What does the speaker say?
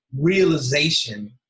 realization